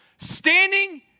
Standing